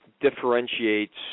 differentiates